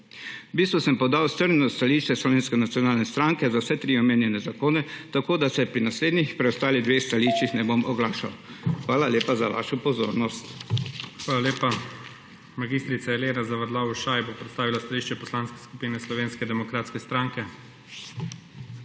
V bistvu sem podal strnjeno stališče Slovenske nacionalne stranke za vse tri omenjene zakone, tako da se pri naslednjih preostalih stališčih ne bom oglašal. Hvala lepa za vašo pozornost. **PREDSEDNIK IGOR ZORČIČ:** Hvala lepa. Mag. Elena Zavadlav Ušaj bo predstavila stališče Poslanske skupine Slovenske demokratske stranke. **MAG.